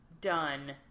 done